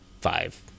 five